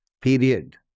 Period